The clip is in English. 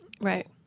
Right